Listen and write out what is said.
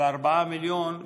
ו-4 מיליון ב-2015.